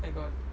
I got